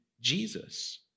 Jesus